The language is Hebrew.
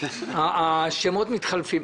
הסטודנטים באריאל.